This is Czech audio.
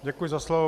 Děkuji za slovo.